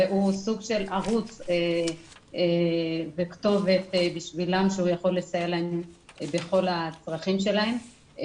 והוא סוג של ערוץ וכתובת בשבילם שהוא יכול לסייע להם בכל הצרכים שלהם.